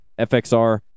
FXR